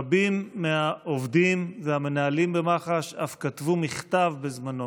רבים מהעובדים והמנהלים במח"ש אף כתבו מכתב בזמנו